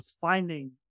finding